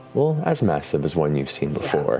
well, as massive as one you've seen before